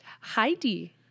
Heidi